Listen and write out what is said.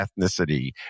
ethnicity